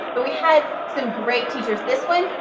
but we had some great teachers. this one,